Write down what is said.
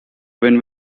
win